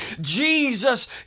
Jesus